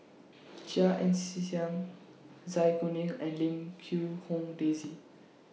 Chia Ann C Siang Zai Kuning and Lim Quee Hong Daisy